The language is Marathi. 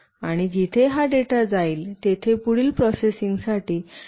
आणि जिथे हा डेटा जाईल तेथे पुढील प्रोसेसिंग साठी डेटा कोठेतरी सेव्ह केला जाईल